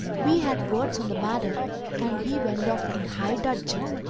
we had words on the matter and he went off in high dudgeon.